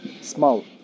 Small